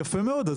יפה מאוד.